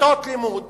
כיתות לימוד